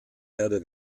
erde